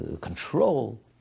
control